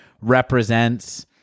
represents